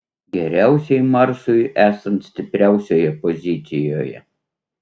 geriausiai marsui esant stipriausioje pozicijoje